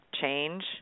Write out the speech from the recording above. change